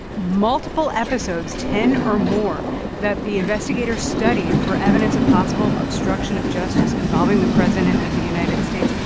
multiple episodes ten or more that the investigators studied for evidence of possible obstruction of justice involving the president of the united states.